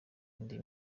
indi